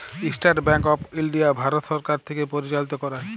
State Bank of India ভারত সরকার থ্যাকে পরিচালিত ক্যরে